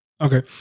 Okay